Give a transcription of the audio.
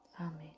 Amen